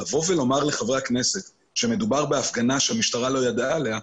לבוא ולומר לחברי הכנסת שמדובר בהפגנה שהמשטרה לא ידעה עליה,